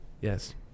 Yes